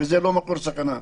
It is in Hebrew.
וזה לא מקור סכנה.